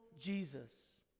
Jesus